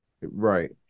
Right